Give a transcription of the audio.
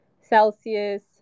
Celsius